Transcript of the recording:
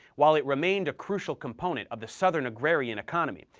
while it remained a crucial component of the southern agrarian economy,